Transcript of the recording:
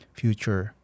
future